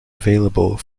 available